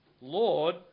Lord